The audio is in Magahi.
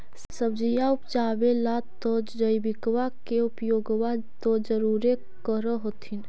सब्जिया उपजाबे ला तो जैबिकबा के उपयोग्बा तो जरुरे कर होथिं?